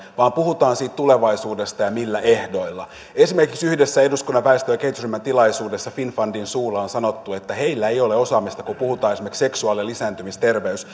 puhutaan siitä tulevaisuudesta ja siitä millä ehdoilla esimerkiksi yhdessä eduskunnan väestö ja kehitysryhmän tilaisuudessa finnfundin suulla on sanottu että heillä ei ole osaamista kun puhutaan esimerkiksi seksuaali ja lisääntymisterveys